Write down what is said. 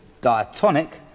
diatonic